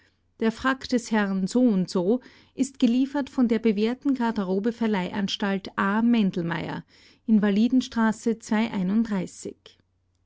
der frack des herrn soundso ist geliefert von der bewährten garderobeverleihanstalt a mendelmeier invalidenstraße